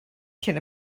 cyn